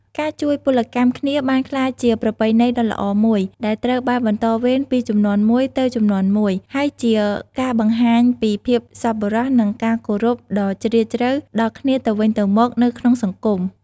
ការជួយពលកម្មគ្នាបានក្លាយជាប្រពៃណីដ៏ល្អមួយដែលត្រូវបានបន្តវេនពីជំនាន់មួយទៅជំនាន់មួយ ហើយជាការបង្ហាញពីភាពសប្បុរសនិងការគោរពដ៏ជ្រាលជ្រៅដល់គ្នាទៅវិញទៅមកនៅក្នុងសង្គម។